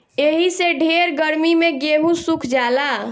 एही से ढेर गर्मी मे गेहूँ सुख जाला